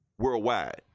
worldwide